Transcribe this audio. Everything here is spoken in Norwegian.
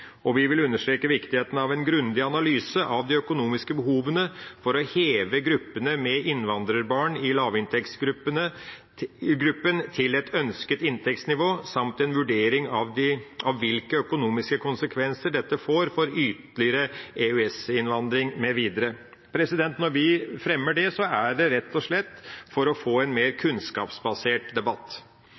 Vi vil understreke viktigheten av en grundig analyse av de økonomiske behovene for å heve gruppene med innvandrerbarn i lavinntektsgruppen til et ønsket inntektsnivå, samt en vurdering av hvilke økonomiske konsekvenser dette får for ytterligere EØS-innvandring mv. Når vi fremmer dette forslaget, er det rett og slett for å få en mer kunnskapsbasert debatt.